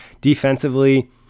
defensively